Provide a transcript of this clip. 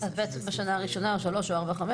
בשנה הראשונה ובארבע וחמש,